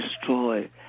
destroy